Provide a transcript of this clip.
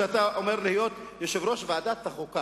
אתה אמור להיות יושב-ראש ועדת החוקה,